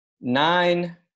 nine